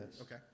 Okay